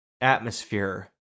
atmosphere